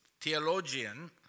theologian